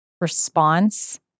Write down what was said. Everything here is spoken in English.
response